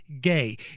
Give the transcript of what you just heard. gay